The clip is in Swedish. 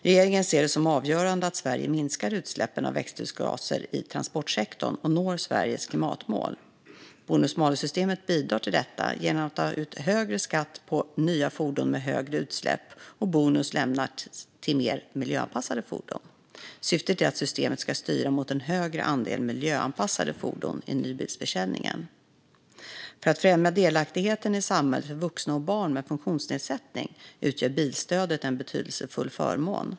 Regeringen ser det som avgörande att Sverige minskar utsläppen av växthusgaser i transportsektorn och når Sveriges klimatmål. Bonus-malus-systemet bidrar till detta genom att högre skatt tas ut på nya fordon med högre utsläpp och bonus lämnas till mer miljöanpassade fordon. Syftet är att systemet ska styra mot en högre andel miljöanpassade fordon i nybilsförsäljningen. För att främja delaktigheten i samhället för vuxna och barn med funktionsnedsättning utgör bilstödet en betydelsefull förmån.